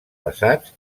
basats